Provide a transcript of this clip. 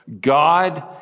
God